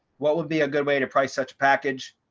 what would be a good way to price such package?